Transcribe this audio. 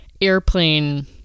airplane